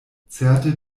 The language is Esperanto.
certe